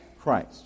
Christ